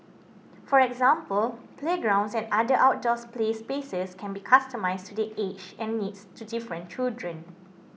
for example playgrounds and other outdoors play spaces can be customised to the ages and needs to different children